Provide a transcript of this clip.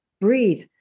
Breathe